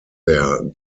their